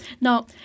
Now